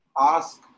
ask